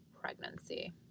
pregnancy